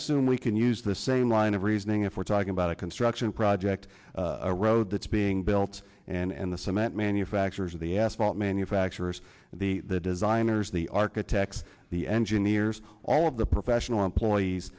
assume we can use the same line of reasoning if we're talking about a construction project a road that's being built and the cement manufacturers of the asphalt manufacturers the designers the architects the engineers all of the professional employees